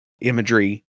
imagery